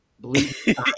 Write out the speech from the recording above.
believe